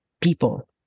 people